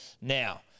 now